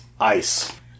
ice